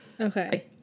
Okay